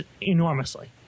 enormously